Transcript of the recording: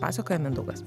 pasakoja mindaugas